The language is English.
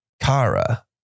Kara